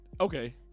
okay